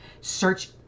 search